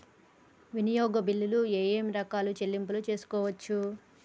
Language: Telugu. వినియోగ బిల్లులు ఏమేం రకాల చెల్లింపులు తీసుకోవచ్చు?